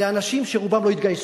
לאנשים שרובם לא התגייסו,